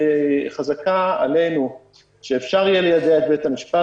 חזקה עלינו שאפשר יהיה ליידע את בית המשפט